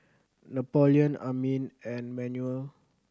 Napoleon Amin and Manuel